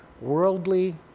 worldly